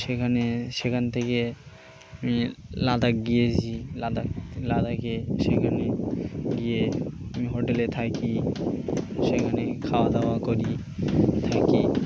সেখানে সেখান থেকে আমি লাদাখ গিয়েছি লাদা লাদাখে সেখানে গিয়ে আমি হোটেলে থাকি সেখানে খাওয়া দাওয়া করি থাকি